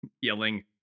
yelling